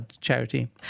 charity